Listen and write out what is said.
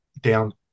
down